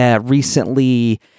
recently